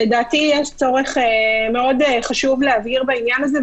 לדעתי יש צורך מאוד חשוב להבהיר בעניין הזה,